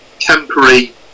temporary